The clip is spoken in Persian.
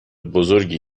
بزرگی